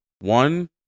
one